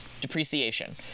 depreciation